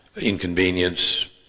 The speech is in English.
inconvenience